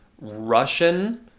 Russian